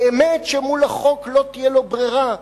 באמת שמול החוק לא תהיה לו ברירה,